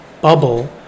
bubble